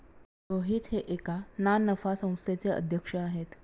रोहित हे एका ना नफा संस्थेचे अध्यक्ष आहेत